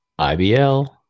IBL